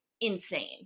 Insane